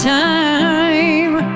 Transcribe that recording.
time